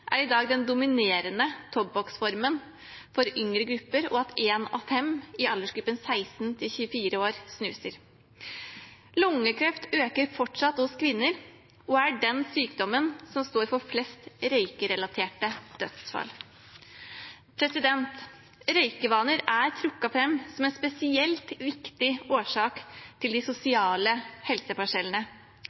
snus i dag er den dominerende tobakksformen for yngre grupper, og at en av fem i aldersgruppen 16–24 år snuser. Lungekreft øker fortsatt hos kvinner og er den sykdommen som står for flest røykerelaterte dødsfall. Røykevaner er trukket fram som en spesielt viktig årsak til de sosiale